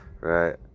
right